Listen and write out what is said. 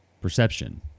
perception